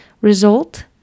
Result